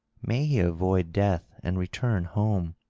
may he avoid death and return home